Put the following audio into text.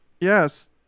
Yes